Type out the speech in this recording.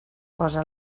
posa